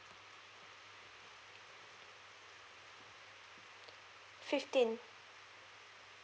fifteen